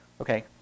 okay